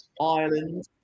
Ireland